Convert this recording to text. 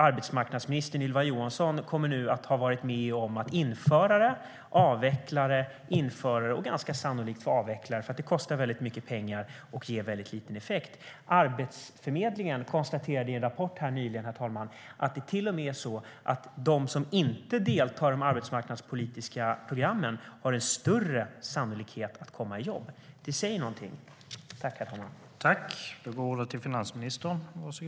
Arbetsmarknadsminister Ylva Johansson kommer nu att ha varit med om att införa det, avveckla det, införa det igen och sannolikt avveckla det. Det kostar väldigt mycket pengar och ger mycket liten effekt. Arbetsförmedlingen konstaterade till och med i en rapport nyligen att de som inte deltar i de arbetsmarknadspolitiska programmen har en större sannolikhet att komma i jobb. Det säger någonting.